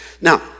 Now